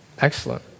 Excellent